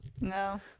No